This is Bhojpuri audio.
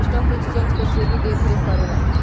स्टॉक एक्सचेंज के सेबी देखरेख करेला